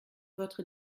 votre